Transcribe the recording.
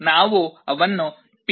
ನಾವು ಅವರನ್ನು ಪಿ 12 ಎಂದು ಹೇಳುತ್ತೇವೆ